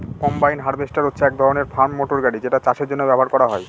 combine harvester হচ্ছে এক ধরনের ফার্ম মটর গাড়ি যেটা চাষের জন্য ব্যবহার করা হয়